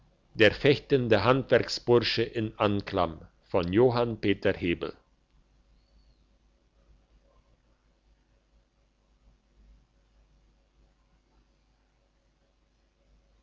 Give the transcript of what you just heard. der fechtende handwerksbursche in anklam im